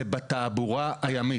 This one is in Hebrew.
זה בתעבורה הימית,